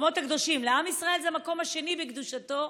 לעם ישראל זה המקום השני בקדושתו,